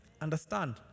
Understand